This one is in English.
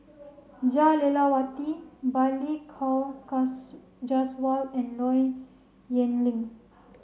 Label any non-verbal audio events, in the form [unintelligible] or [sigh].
Jah Lelawati Balli Kaur [unintelligible] Jaswal and Low Yen Ling